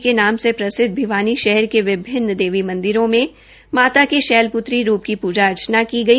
उधर छोटी काशी के नाम से प्रसिद्ध भिवानी शहर के विभिन्न देवी मंदिरों में माता के शैलपुत्री रूप में पूजा अर्चना की गई